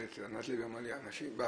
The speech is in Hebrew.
ענת לוי, היא אמרה לי